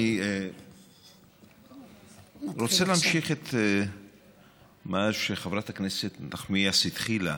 אני רוצה להמשיך את מה שחברת הכנסת נחמיאס התחילה.